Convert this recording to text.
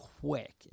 quick